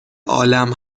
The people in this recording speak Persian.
عالم